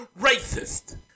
racist